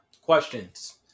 questions